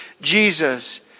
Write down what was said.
Jesus